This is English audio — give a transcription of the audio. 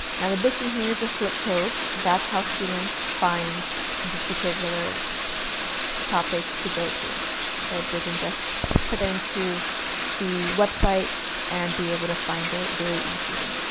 now, the big thing here is the flip code. that's how students find this particular topic to go to so they can just put but that into the website and be able to find it very easily.